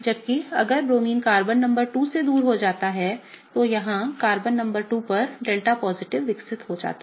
जबकि अगर bromine carbon number 2 से दूर हो जाता है तो यहां कार्बन नंबर 2 एक डेल्टा पॉजिटिव विकसित करता है